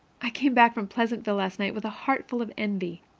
i came back from pleasantville last night with a heart full of envy.